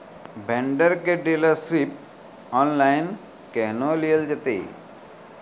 Vendor केर dealership online केहनो लियल जेतै?